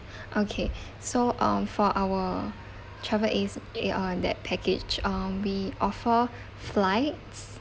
okay so um for our travel is eh uh that package um we offer flights